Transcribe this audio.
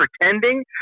pretending